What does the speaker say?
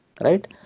right